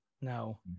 no